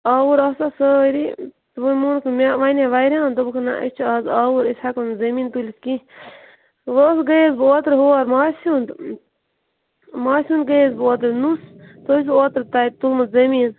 آوُر آسان سٲری ووٚنموکھ مےٚ وَنیٛاو واریاہَن دوٚپُکھ نہَ أسۍ چھِ اَز آوُرۍ أسۍ ہٮ۪کَو نہٕ زٔمیٖن تُلِتھ کیٚنٛہہ وۅنۍ حظ گٔیَس بہٕ اوترٕ ہور ماسہِ ہُنٛد ماسہِ ہُنٛد گٔیَس بہٕ اوترٕ نُس تُہۍ اوسہٕ اوترٕ تَتہِ تُلمُت زٔمیٖن